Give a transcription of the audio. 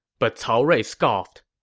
but cao rui scoffed.